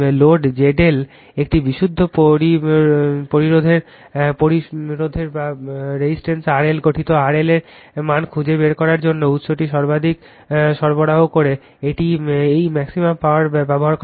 load ZL একটি বিশুদ্ধ প্রতিরোধের RL গঠিত RL এর মান খুঁজে বের করুন যার জন্য উত্সটি সর্বাধিক সরবরাহ করে এটি এই ম্যাক্সিমাম পাওয়ার ব্যবহার করা হবে